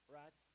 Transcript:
right